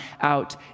out